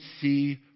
see